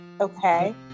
Okay